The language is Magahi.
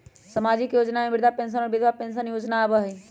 सामाजिक योजना में वृद्धा पेंसन और विधवा पेंसन योजना आबह ई?